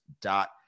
dot